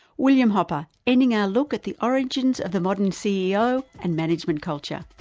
william hopper, ending our look at the origins of the modern ceo, and management culture.